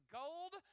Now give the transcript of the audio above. gold